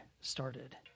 started